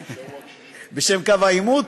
בשם קו העימות?